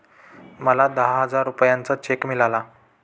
मला दहा हजार रुपयांचा चेक मिळाला